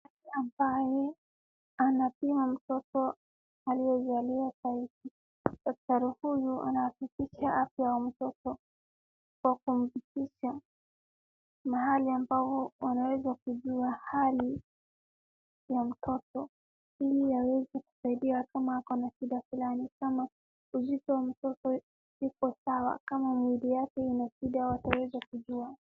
Daktari ambaye anapima mtoto aliyezaliwa saizi. Daktari huyu anahakikisha afya ya mtoto kwa kumsikiza mahali ambapo unaweza kujua hali ya mtoto. Ili aweze kusaidiwa kama ako na shida fulani. Kama uzito ya mtoto iko sawa. Kama mwili yake ina shida yeyote iweze kujua.